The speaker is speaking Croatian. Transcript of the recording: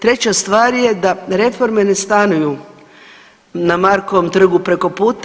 Treća stvar je da reforme ne stanuju na Markovom trgu preko puta.